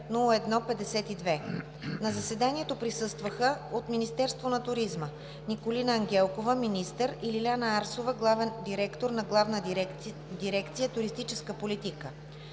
На заседанието присъстваха: от Министерството на туризма – Николина Ангелкова – министър, и Лиляна Арсова – главен директор на Главна дирекция „Туристическа политика“;